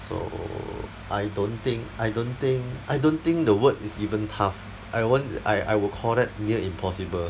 so I don't think I don't think I don't think the word is even tough I won't I I will call that near impossible